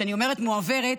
כשאני אומרת "מועברת",